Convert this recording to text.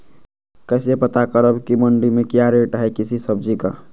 कैसे पता करब की मंडी में क्या रेट है किसी सब्जी का?